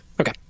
Okay